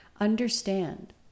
Understand